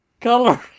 color